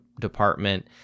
department